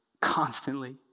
constantly